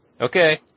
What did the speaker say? Okay